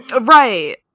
Right